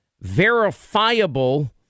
verifiable